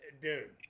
Dude